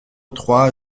trois